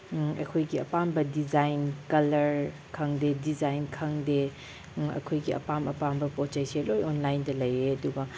ꯑꯩꯈꯣꯏꯒꯤ ꯑꯄꯥꯝꯕ design colour ꯈꯪꯗꯦ ꯗꯤꯖꯥꯏꯟ ꯈꯪꯗꯦ ꯑꯩꯈꯣꯏꯒꯤ ꯑꯄꯥꯝ ꯑꯄꯥꯝꯕ ꯄꯣꯠ ꯆꯩꯁꯦ ꯂꯣꯏꯅ ꯑꯣꯟꯂꯥꯏꯟꯗ ꯂꯩꯌꯦ ꯑꯗꯨꯒ